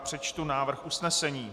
Přečtu návrh usnesení: